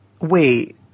Wait